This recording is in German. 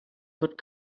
wird